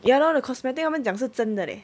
ya lor the cosmetic 我们讲是真的 leh